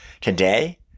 Today